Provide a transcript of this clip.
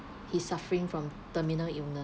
he's suffering from terminal illness